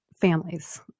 families